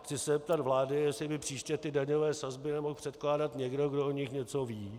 Chci se zeptat vlády, jestli by příště daňové sazby nemohl předkládat někdo, kdo o nich něco ví.